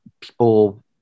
people